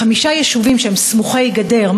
חמישה יישובים שהם סמוכי-גדר,